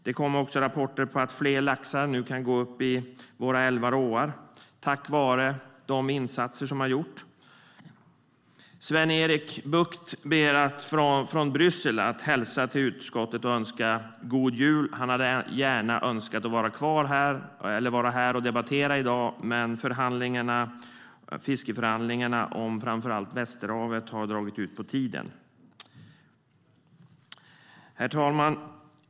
Det kommer också rapporter om att fler laxar kan gå upp i våra älvar och åar tack vare de insatser som har gjorts. Sven-Erik Bucht ber att få hälsa till utskottet från Bryssel och önska god jul. Han hade gärna varit här och debatterat i dag, men fiskeförhandlingarna om framför allt Västerhavet har dragit ut på tiden. Herr talman!